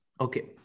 Okay